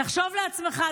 תחשוב לעצמך,